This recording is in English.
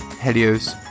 Helios